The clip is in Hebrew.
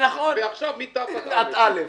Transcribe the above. ועכשיו מתחת לאל"ף.